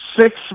Six